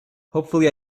hopefully